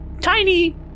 tiny